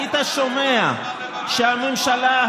היית שומע שהממשלה,